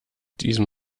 diesem